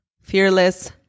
Fearless